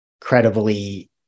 credibly